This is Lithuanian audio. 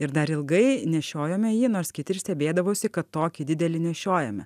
ir dar ilgai nešiojome jį nors kiti ir stebėdavosi kad tokį didelį nešiojame